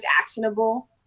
actionable